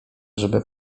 żeby